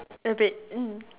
a bit mm